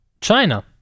China